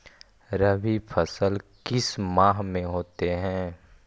रवि फसल किस माह में होते हैं?